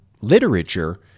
literature